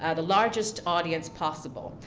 ah the largest audience possible.